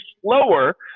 slower